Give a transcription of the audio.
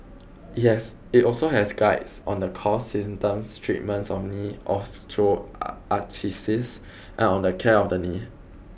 it also has guides on the cause symptoms treatment of knee osteoarthritis and on the care of the knee